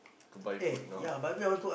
to buy food now